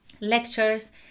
lectures